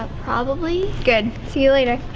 probably. good. see you later.